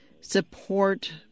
support